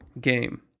game